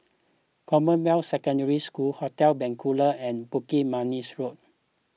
Commonwealth Secondary School Hotel Bencoolen and Bukit Manis Road